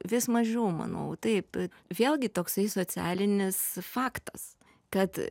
vis mažiau manau taip vėlgi toksai socialinis faktas kad